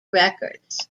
records